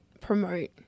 promote